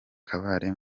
kabale